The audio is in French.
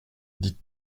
dites